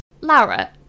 Laura